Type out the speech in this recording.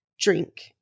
drink